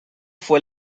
fue